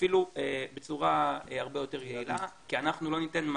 אפילו בצורה הרבה יותר יעילה כי אנחנו לא ניתן מענק,